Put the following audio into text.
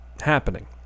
happening